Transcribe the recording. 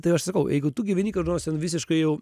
tai aš sakau jeigu tu gyveni kur nors ten visiškai jau